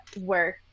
work